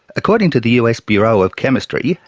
according to the us bureau of chemistry,